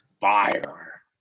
Fire